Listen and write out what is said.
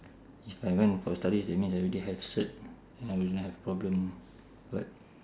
if I went for studies that means I already have cert I wouldn't have problem but